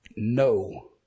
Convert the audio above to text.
No